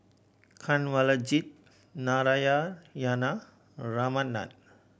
Kanwaljit Ramnath